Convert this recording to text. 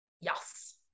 yes